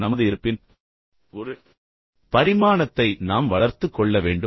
நமது இருப்பின் ஒரு பரிமாணத்தை நாம் வளர்த்துக் கொள்ள வேண்டும்